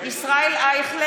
מצביע ישראל אייכלר,